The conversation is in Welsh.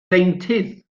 ddeintydd